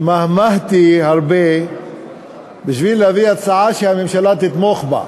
התמהמהתי הרבה כדי להביא הצעה שהממשלה תתמוך בה.